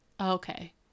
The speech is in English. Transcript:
okay